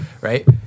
Right